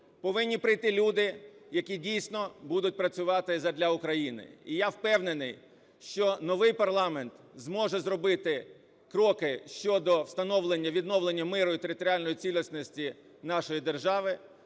Повинні прийт и люди, які дійсно будуть працювати задля України. І я впевнений, що новий парламент зможе зробити кроки щодо встановлення, відновлення миру і територіальної цілісності нашої держави.